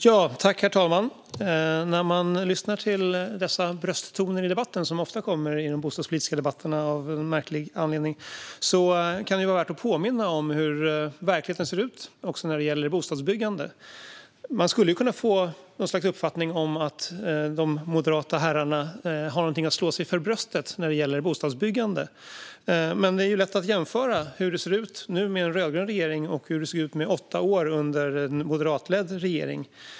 Herr talman! När jag lyssnar till dessa brösttoner i debatten, som ofta hörs i de bostadspolitiska debatterna av någon märklig anledning, kan det vara värt att påminna om hur verkligheten ser ut också när det gäller bostadsbyggande. Man skulle ju kunna få något slags uppfattning att de moderata herrarna har någonting att slå sig för bröstet för när det gäller bostadsbyggande. Men det är ju lätt att jämföra hur det ser ut nu med en rödgrön regering och hur det såg ut under åtta år med en moderatledd regering.